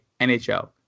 NHL